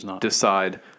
decide